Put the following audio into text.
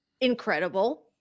incredible